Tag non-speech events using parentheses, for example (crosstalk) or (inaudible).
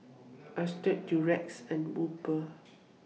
(unintelligible) Durex and Uber